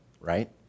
right